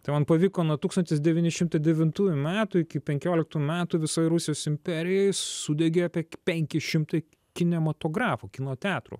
tai man pavyko nuo tūkstantis devyni šimtai devintųjų metų iki penkioliktų metų visoj rusijos imperijoj sudegė apie penki šimtai kinematografų kino teatrų